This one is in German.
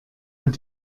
hat